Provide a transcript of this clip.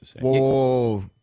Whoa